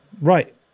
Right